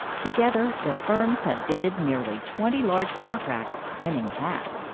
together the firms have bid nearly twenty large contracts, winning half,